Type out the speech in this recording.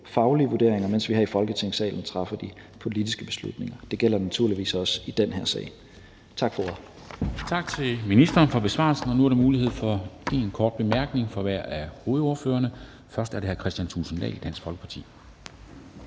faglige vurderinger, mens vi her i Folketingssalen træffer de politiske beslutninger. Det gælder naturligvis også i den her sag. Tak for ordet. Kl. 13:11 Formanden (Henrik Dam Kristensen): Tak til ministeren for besvarelsen. Nu er der mulighed for én kort bemærkning fra hver af hovedordførerne. Først er det hr. Kristian Thulesen Dahl, Dansk Folkeparti.